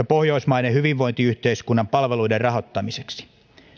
pohjoismaisen hyvinvointiyhteiskunnan palveluiden rahoittamiseksi